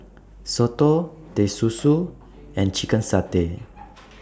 Soto Teh Susu and Chicken Satay